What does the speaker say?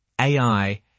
AI